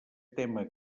tema